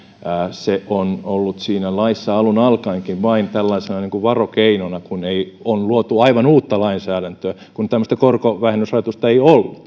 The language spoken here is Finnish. se on ollut siinä laissa alun alkaenkin vain tällaisena varokeinona kun on luotu aivan uutta lainsäädäntöä kun tämmöistä korkovähennysrajoitusta ei ollut